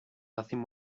nothing